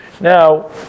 Now